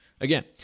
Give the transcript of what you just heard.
Again